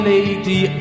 Lady